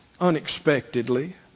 Unexpectedly